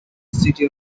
city